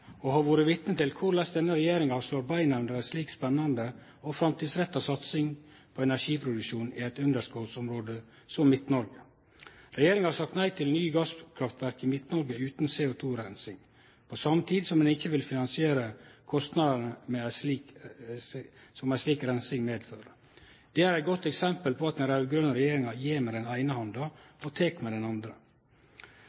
å ha vore vitne til korleis denne regjeringa slår beina under ei slik spennande og framtidsretta satsing på energiproduksjon i eit underskotsområde som Midt-Noreg. Regjeringa har sagt nei til nye gasskraftverk i Midt-Noreg utan CO2-reinsing, på same tid som ein ikkje vil finansiere kostnadene som ei slik reinsing medfører. Det er eit godt eksempel på at den raud-grøne regjeringa gjev med den eine handa